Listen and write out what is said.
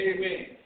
Amen